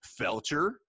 Felcher